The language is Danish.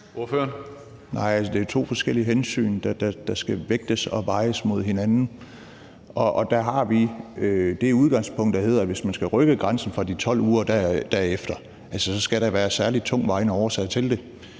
(LA): Nej, det er jo to forskellige hensyn, der skal vægtes og vejes mod hinanden. Der har vi det udgangspunkt, der hedder, at hvis man skal rykke grænsen fra de 12 uger og opefter, skal der være særligt tungtvejende årsager til det.